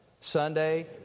Sunday